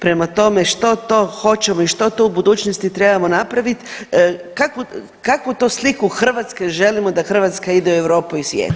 Prema tome što to hoćemo i što to u budućnosti trebamo napraviti, kakvu, kakvu to sliku Hrvatske želimo da Hrvatska ide u Europu i svijet?